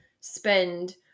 spend